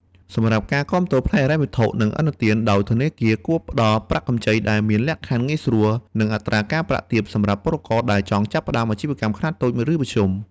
សម្រាប់ការគាំទ្រផ្នែកហិរញ្ញវត្ថុ និងឥណទាន ដោយធនាគារ គួរផ្តល់ប្រាក់កម្ចីដែលមានលក្ខខណ្ឌងាយស្រួល និងអត្រាការប្រាក់ទាបសម្រាប់ពលករដែលចង់ចាប់ផ្តើមអាជីវកម្មខ្នាតតូច ឬមធ្យម។